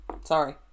Sorry